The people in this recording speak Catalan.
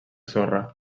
sorra